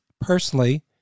personally